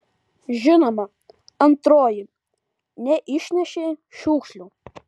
žinoma antroji neišnešei šiukšlių